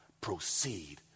proceed